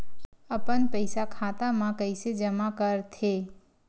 अपन पईसा खाता मा कइसे जमा कर थे?